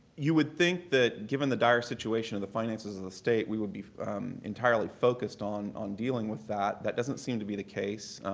you would think that given the dire situation of the finances of the state, we would be entirely focused on on dealing with that. that doesn't seem to be the case.